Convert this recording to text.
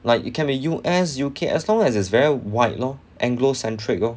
like it can be U_S U_K as long as it's very wide lor anglo centric lor